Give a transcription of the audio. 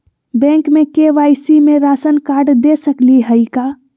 Bank में KYC में ration card दे सकली हई का?